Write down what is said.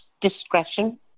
discretion